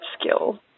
skill